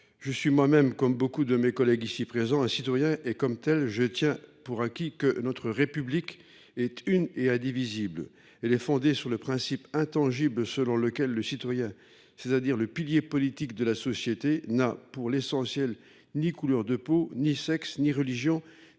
J’en suis heureux. Avant d’être un élu, je suis moi même un citoyen. Comme tel, je tiens pour acquis que notre République est une et indivisible. Elle est fondée sur le principe intangible selon lequel le citoyen, c’est à dire le pilier politique de la société, n’a, pour l’essentiel, ni couleur de peau, ni sexe, ni religion,